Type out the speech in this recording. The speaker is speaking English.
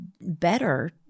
better